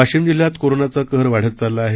वाशिम जिल्ह्यात कोरोनाचा कहर वाढत चालला आहे